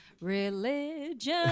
Religion